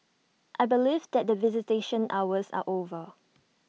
I believe that visitation hours are over